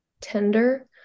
tender